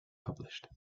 published